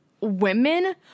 women